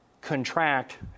contract